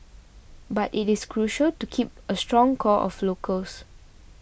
but it is crucial to keep a strong core of locals